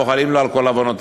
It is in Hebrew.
מוחלים לו על כל עוונותיו.